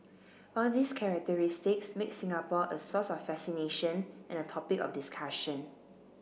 all these characteristics make Singapore a source of fascination and a topic of discussion